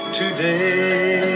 today